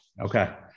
okay